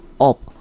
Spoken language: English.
up